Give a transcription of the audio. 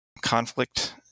conflict